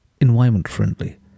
environment-friendly